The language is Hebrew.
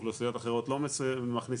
אוכלוסיות אחרות לא מכניסים.